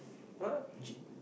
what G